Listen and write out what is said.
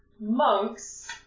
monks